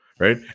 Right